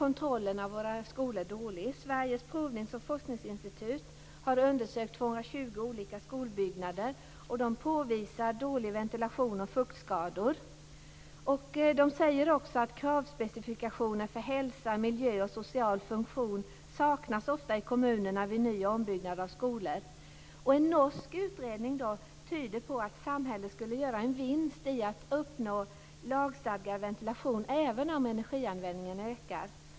Kontrollen av våra skolor är dålig. Sveriges provnings och forskningsinstitut har undersökt 220 olika skolbyggnader. Man påvisar dålig ventilation och fuktskador. Man säger också att kravspecifikationer för hälsa, miljö och social funktion ofta saknas vid ny och ombyggnader av skolor i kommunerna. Material från en norsk utredning tyder på att samhället skulle göra en vinst om man lagstadgade om ventilation, även om energianvändningen skulle öka.